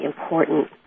important